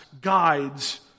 guides